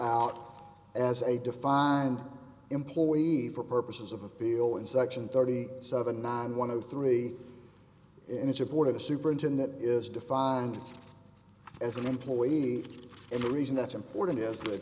out as a defined employee for purposes of appeal in section thirty seven nine one of three in its report of the superintendent is defined as an employee and the reason that's important is that